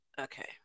Okay